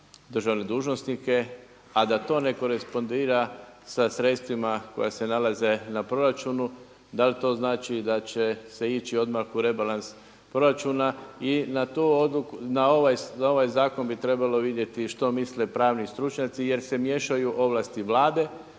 državne dužnosnike a da to ne korespondira sa sredstvima koja se nalaze na proračunu, da li to znači da će se ići odmah u rebalans proračuna. I na ovaj zakon bi trebalo vidjeti što misle pravni stručnjaci jer se miješaju ovlasti Vlade